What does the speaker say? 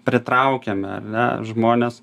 pritraukiame ar ne žmones